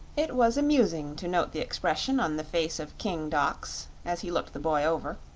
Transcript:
it was amusing to note the expression on the face of king dox as he looked the boy over,